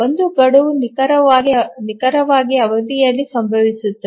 ಒಂದು ಗಡುವು ನಿಖರವಾಗಿ ಅವಧಿಯಲ್ಲಿ ಸಂಭವಿಸುತ್ತದೆ